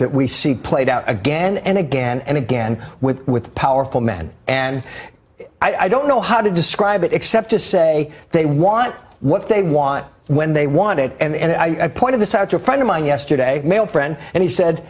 that we see played out again and again and again with with powerful men and i don't know how to describe it except to say they want what they want when they want it and i pointed this out your friend of mine yesterday male friend and he said